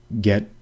get